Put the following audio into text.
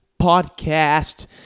podcast